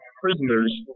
prisoners